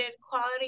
quality